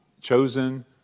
chosen